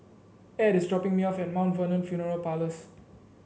add is dropping me off at Mt Vernon Funeral Parlours